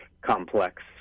complex